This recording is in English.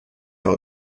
how